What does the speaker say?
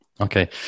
Okay